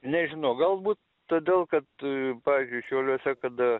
nežinau galbūt todėl kad pavyzdžiui šiauliuose kada